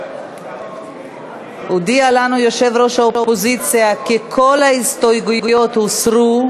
הודיע לנו יושב-ראש האופוזיציה כי כל ההסתייגויות הוסרו,